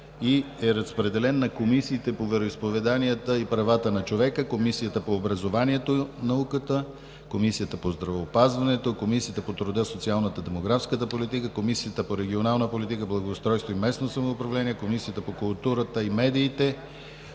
Разпределен е на Комисията по вероизповеданията и правата на човека, Комисията по образованието и науката, Комисията по здравеопазването, Комисията по труда, социалната и демографската политика, Комисията по регионална политика, благоустройство и местно самоуправление, Комисията по културата и медиите,